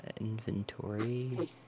Inventory